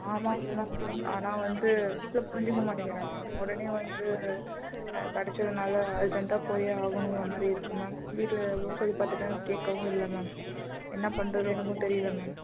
ஆமாம் மேம் ஆனால் வந்து வீட்டில் புரிஞ்சிக்க மாட்டிங்கிறாங்க மேம் உடனே வந்து கிடச்சதுனால அர்ஜெண்ட்டாக போய் ஆகணுங்கிற மாதிரி இருக்குது மேம் வீட்டில் எவ்வளோ சொல்லி பார்த்துட்டேன் கேட்கவும் இல்லை மேம் என்ன பண்ணுறது எனக்கும் தெரியல மேம்